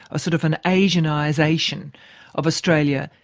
a sort of an asianisation of australia,